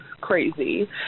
crazy